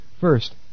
first